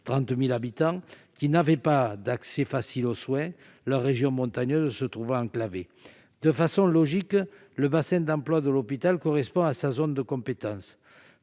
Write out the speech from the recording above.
30 000 personnes, qui n'avaient pas d'accès facile aux soins, leur région montagneuse étant enclavée. De façon logique, le bassin d'emploi de l'hôpital correspond à sa zone de compétence